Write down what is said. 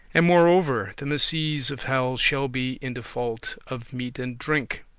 and moreover, the misease of hell shall be in default of meat and drink.